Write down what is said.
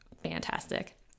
fantastic